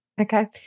Okay